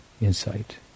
insight